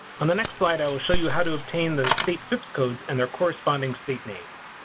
on the next slide i will show you how to obtain the state fips codes and their corresponding state names.